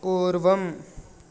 पूर्वम्